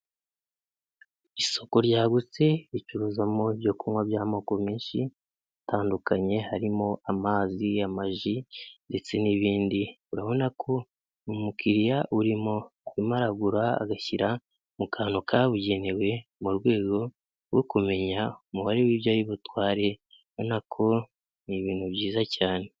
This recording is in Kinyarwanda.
Isoko ryagutse, ricuruzamo ibyo kunywa by'amoko menshi atandukanye, harimo amazi, amaji ndetse n'ibindi, urabona ko umukiriya urimo, arimo aragura agashyira mu kantu kabugenewe mu rwego rwo kumenya umubare w'ibyo ari butware, ubona ko ni ibintu byiza cyane.